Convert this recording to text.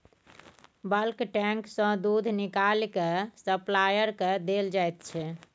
bulk tank सँ दुध निकालि केँ सप्लायर केँ देल जाइत छै